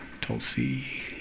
Tulsi